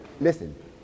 listen